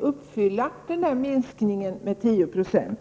uppfylla minskningen på 10 %?